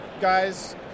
guys